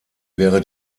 wäre